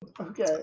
Okay